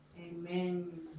Amen